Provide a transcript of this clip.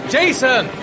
Jason